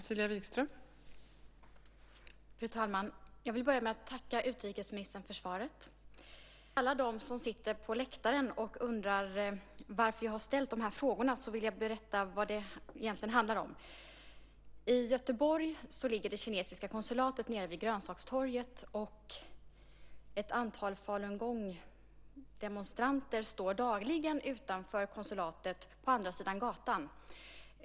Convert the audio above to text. Fru talman! Jag vill börja med att tacka utrikesministern för svaret. För alla som sitter på läktaren och undrar varför jag har ställt dessa frågor vill jag berätta vad det egentligen handlar om. I Göteborg ligger det kinesiska konsulatet nere vid grönsakstorget, och ett antal falungongdemonstranter står dagligen utanför konsulatet på andra sidan gatan.